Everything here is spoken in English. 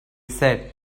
said